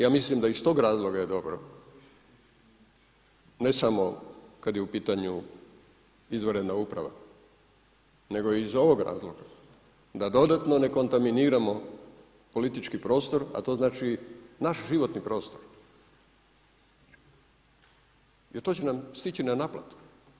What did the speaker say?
Ja mislim da iz tog razloga je dobro, ne samo kad je u pitanju izvanredna uprava, nego i iz ovog razloga da dodatno ne kontaminiramo politički prostor, a to znači naš životni prostor, jer to će nam stići na naplatu.